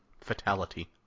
Fatality